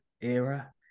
era